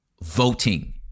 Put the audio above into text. voting